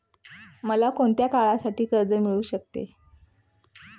मला कोणत्या काळासाठी कर्ज मिळू शकते?